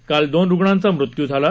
काल दोन रुग्णांचा मृत्यू झाला